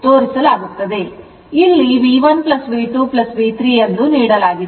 ಆದರೆ ಇಲ್ಲಿ V1 V2 V3 ಎಂದು ನೀಡಲಾಗಿದೆ